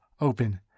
open